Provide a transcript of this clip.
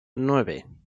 nueve